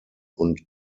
und